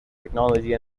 technology